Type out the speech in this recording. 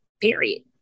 Period